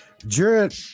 Jared